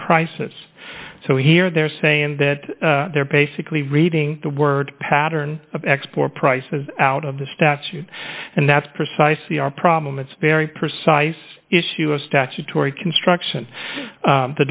prices so here they're saying that they're basically reading the word pattern of export prices out of the statute and that's precisely our problem it's very precise issue of statutory construction